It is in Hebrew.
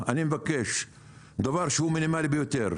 אני מבקש דבר שהוא מינימלי ביותר